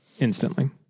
instantly